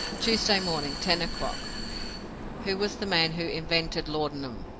tuesday morning, ten o'clock who was the man who invented laudanum?